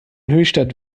höchstadt